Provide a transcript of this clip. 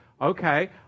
Okay